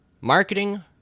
marketing